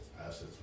Assets